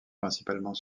principalement